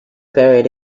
buried